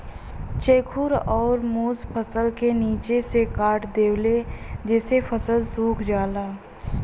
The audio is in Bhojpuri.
चेखुर अउर मुस फसल क निचे से काट देवेले जेसे फसल सुखा जाला